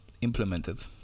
implemented